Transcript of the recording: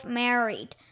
married